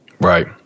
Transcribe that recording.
Right